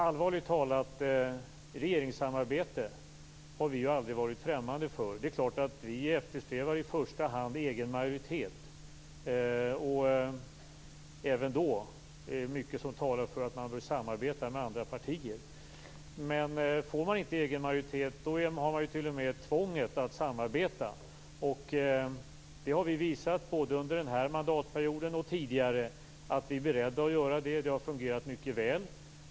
Allvarligt talat: Regeringssamarbete har vi socialdemokrater aldrig varit främmande för. Vi eftersträvar i första hand egen majoritet. Även då är det mycket talar för att man bör samarbeta med andra partier. Men får man inte egen majoritet har man t.o.m. tvånget att samarbeta. Vi har visat både under den här mandatperioden och tidigare att vi är beredda att göra det. Det samarbetet har fungerat mycket väl.